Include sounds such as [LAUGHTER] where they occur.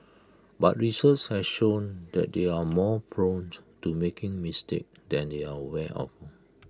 but research has shown that they are more prone [UNINTELLIGIBLE] to making mistakes than they are aware of